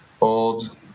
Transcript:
old